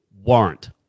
warrant